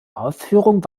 ausführung